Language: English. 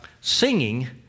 singing